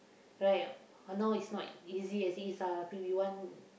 right I know is not easy as it is ah tapi we want